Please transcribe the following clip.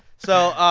so